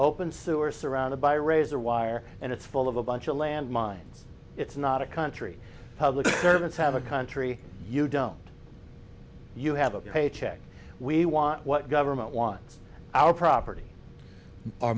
open sewer surrounded by razor wire and it's full of a bunch of landmines it's not a country public servants have a country you don't you have a pay check we want what government wants our property our